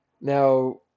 Now